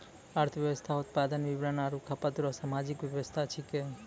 अर्थव्यवस्था उत्पादन वितरण आरु खपत रो सामाजिक वेवस्था छिकै